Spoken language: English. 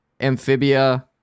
Amphibia